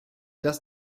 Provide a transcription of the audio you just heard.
das